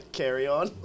carry-on